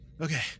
Okay